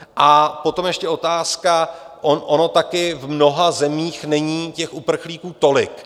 A potom ještě otázka ono také v mnoha zemích není těch uprchlíků tolik.